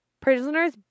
Prisoners